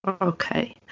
Okay